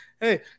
Hey